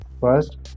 First